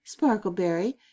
sparkleberry